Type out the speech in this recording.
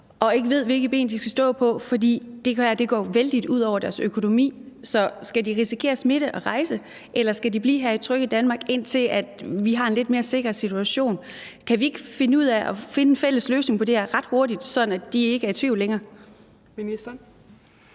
nu ikke ved, hvilket ben de skal stå på, for det her går vældig meget ud over deres økonomi. Så skal de risikere smitte og rejse, eller skal de blive her i trygge Danmark, indtil vi har en lidt mere sikker situation? Kan vi ikke finde ud af at finde en fælles løsning på det her ret hurtigt, så de ikke længere er i tvivl?